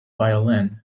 violin